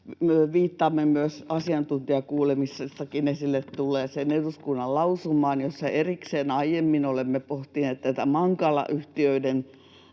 Viittaamme myös asiantuntijakuulemisessakin esille tulleeseen eduskunnan lausumaan, jossa olemme erikseen aiemmin pohtineet tätä Mankala-yhtiöiden